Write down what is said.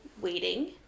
waiting